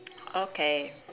okay